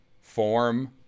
form